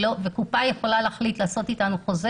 קופה יכולה להחליט לעשות איתנו חוזה